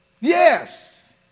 Yes